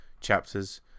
chapters